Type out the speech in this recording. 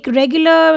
regular